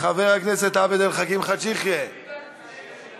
חבר הכנסת עבד אל חכים חאג' יחיא, מוותר?